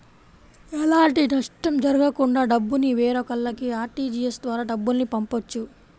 ఎలాంటి నష్టం జరగకుండా డబ్బుని వేరొకల్లకి ఆర్టీజీయస్ ద్వారా డబ్బుల్ని పంపొచ్చు